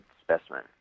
specimen